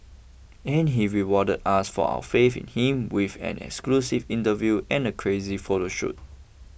and he rewarded us for our faith in him with an exclusive interview and a crazy photo shoot